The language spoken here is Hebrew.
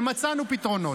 מצאנו פתרונות.